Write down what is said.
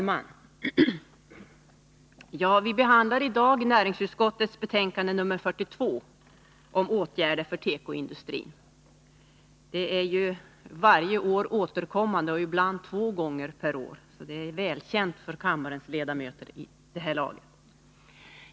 Herr talman! Vi behandlar nu näringsutskottets betänkande nr 42 om åtgärder för tekoindustrin. Detta är varje år återkommande, ibland två gånger, och välkänt för kammarens ledamöter vid det här laget.